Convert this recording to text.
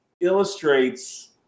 illustrates